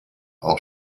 auch